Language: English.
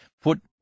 put